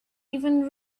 even